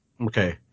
Okay